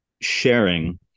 sharing